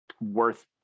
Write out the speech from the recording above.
worth